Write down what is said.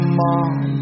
mom